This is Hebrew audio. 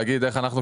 להגיד איך אנחנו,